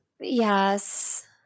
Yes